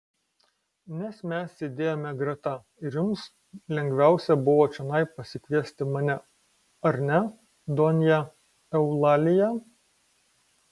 nes mes sėdėjome greta ir jums lengviausia buvo čionai pasikviesti mane ar ne donja eulalija